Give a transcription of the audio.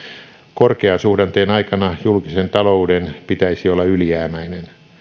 korkeasuhdanteen aikana julkisen talouden pitäisi olla ylijäämäinen